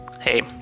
hey